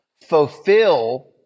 fulfill